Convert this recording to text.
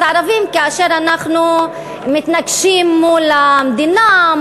הערבים כאשר אנחנו מתנגשים מול המדינה,